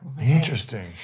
Interesting